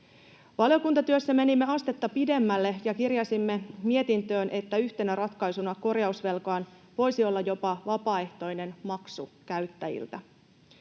Valiokuntatyössä menimme astetta pidemmälle ja kirjasimme mietintöön, että yhtenä ratkaisuna korjausvelkaan voisi olla jopa vapaaehtoinen maksu käyttäjiltä.